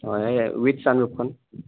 হয় এই